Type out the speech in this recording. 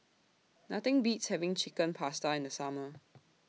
Nothing Beats having Chicken Pasta in The Summer